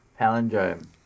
palindrome